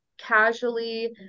casually